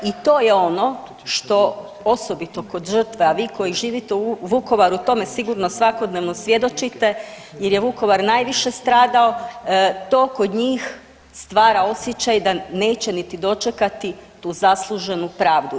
I to je ono što osobito kod žrtve, a vi koji živite u Vukovaru tome sigurno svakodnevno svjedočite jer je Vukovar najviše stradao, to kod njih stvara osjećaj da neće niti dočekati tu zasluženu pravdu.